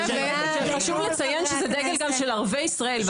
חשוב לציין שזה דגל גם של ערביי ישראל.